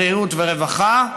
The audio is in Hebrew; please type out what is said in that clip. בריאות ורווחה,